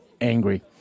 angry